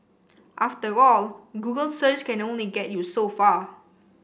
after all Google search can only get you so far